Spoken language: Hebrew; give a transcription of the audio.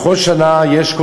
בכל שנה יש,